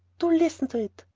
do listen to it.